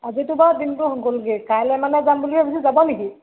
আজিতো বাৰু দিনটো গ'লগৈ কাইলৈ মানে যাম বুলি ভাবিছোঁ যাব নেকি